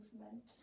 movement